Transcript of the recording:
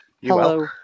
Hello